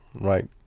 Right